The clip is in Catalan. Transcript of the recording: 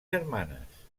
germanes